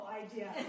idea